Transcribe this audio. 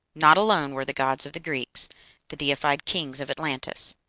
not alone were the gods of the greeks the deified kings of atlantis,